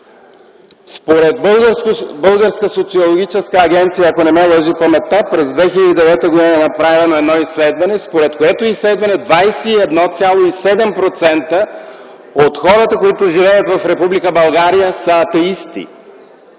Според българска социологическа агенция, ако не ме лъже паметта, през 2009 г. е направено изследване, според което 21,7% от хората, които живеят в Република България, са атеисти.